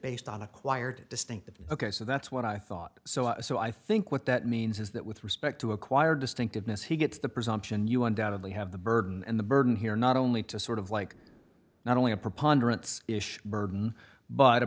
based on acquired distinctive ok so that's what i thought so so i think what that means is that with respect to acquire distinctiveness he gets the presumption you on doubt and they have the burden and the burden here not only to sort of like not only a preponderance burden but a